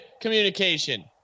communication